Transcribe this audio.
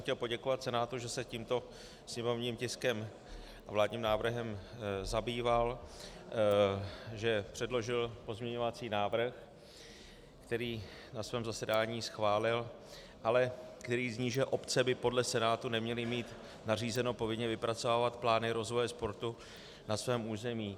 Chtěl bych poděkovat Senátu, že se tímto sněmovním tiskem, vládním návrhem zabýval, že předložil pozměňovací návrh, který na svém zasedání schválil, ale který zní, že obce by podle Senátu neměly mít nařízeno povinně vypracovávat plány rozvoje sportu na svém území.